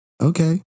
Okay